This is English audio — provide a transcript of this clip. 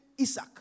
Isaac